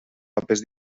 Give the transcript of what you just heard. papers